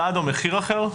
מדד או מחיר אחר?